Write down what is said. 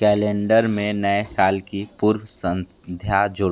calendar में नये साल की पूर्व संध्या जोड़ें